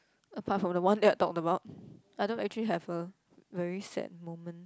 apart from the one that I talked about I don't actually have a very sad moment